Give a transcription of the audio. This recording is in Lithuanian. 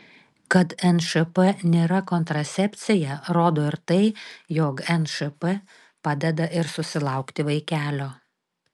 kad nšp nėra kontracepcija rodo ir tai jog nšp padeda ir susilaukti vaikelio